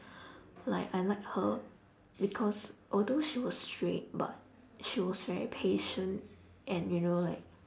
like I like her because although she was strict but she was very patient and you know like